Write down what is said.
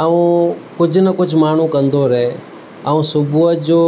ऐं कुझु न कुझु माण्हू कंदो रहे ऐं सुबुह जो